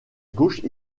gauche